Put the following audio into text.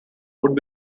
would